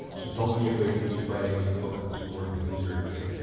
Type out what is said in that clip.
so don't be afraid to keep writing, to hook your user in.